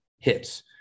hits